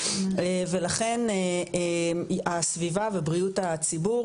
ולכן הסביבה ובריאות הציבור,